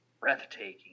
breathtaking